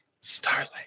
Starlight